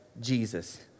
Jesus